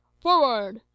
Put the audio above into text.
forward